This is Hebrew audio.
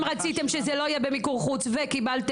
רציתם שזה לא יהיה במיקור חוץ וקיבלתם